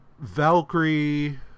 Valkyrie